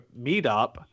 meetup